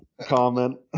comment